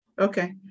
Okay